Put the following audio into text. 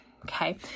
Okay